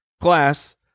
class